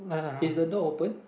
is the door open